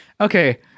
okay